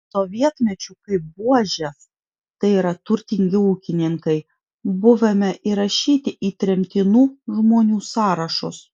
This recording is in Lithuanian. sovietmečiu kaip buožės tai yra turtingi ūkininkai buvome įrašyti į tremtinų žmonių sąrašus